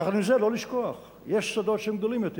יחד עם זה, לא לשכוח: יש שדות שהם גדולים יותר.